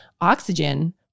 oxygen